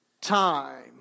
time